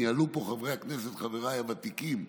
ניהלו פה חברי הכנסת, חבריי הוותיקים,